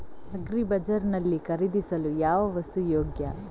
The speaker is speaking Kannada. ಅಗ್ರಿ ಬಜಾರ್ ನಲ್ಲಿ ಖರೀದಿಸಲು ಯಾವ ವಸ್ತು ಯೋಗ್ಯ?